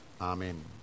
Amen